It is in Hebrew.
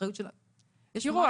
תראו,